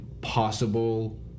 possible